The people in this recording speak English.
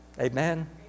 Amen